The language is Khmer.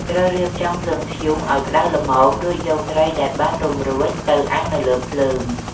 ត្រូវរៀបចំភ្លើងធ្យូងឲ្យក្តៅល្មម រួចយកត្រីដែលបានរុំរួចទៅអាំងនៅលើភ្លើង។